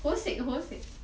hosei hosei